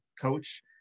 coach